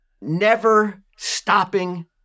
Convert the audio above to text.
never-stopping